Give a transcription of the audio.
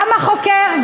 גם החוקר,